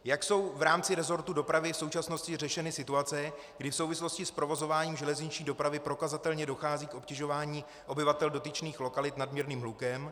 Jak jsou v rámci resortu dopravy v současnosti řešeny situace, kdy v souvislosti s provozováním železniční dopravy prokazatelně dochází k obtěžování obyvatel dotyčných lokalit nadměrným hlukem?